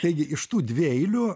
taigi iš tų dvieilių